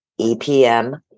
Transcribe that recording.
EPM